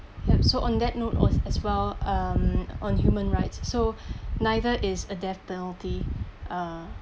yup so on that note was as well um on human rights so neither is a death penalty uh